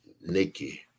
nikki